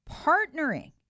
Partnering